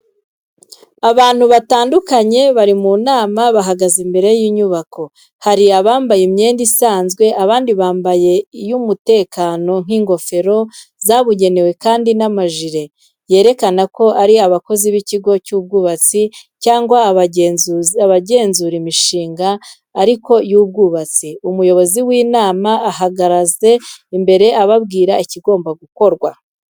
Abantu batandukanye bari mu nama bahagaze imbere y'inyubako. Hari abambaye imyenda isanzwe, abandi bambaye iy’umutekano nk’ingofero zabugenewe ndetse n’amajire yerekana ko ari abakozi b’ikigo cy’ubwubatsi cyangwa abagenzura imishinga ariko y'ubwubatsi. Umuyobozi w'inama abahagaze imbere ababwira ikigomba gukorwa.